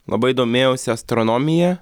labai domėjausi astronomija